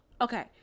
Okay